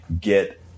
get